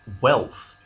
wealth